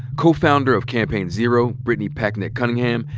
co-founder of campaign zero brittany packnett cunningham,